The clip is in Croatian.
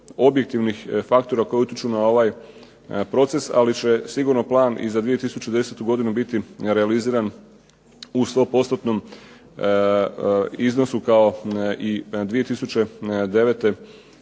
objektivnih faktora koji utječu na ovaj proces. Ali će sigurno plan i za 2010. godinu biti realiziran u 100%-nom iznosu kao i 2009. godine.